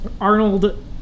Arnold